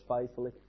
faithfully